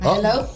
Hello